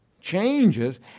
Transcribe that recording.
changes